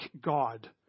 God